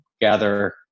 gather